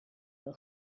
the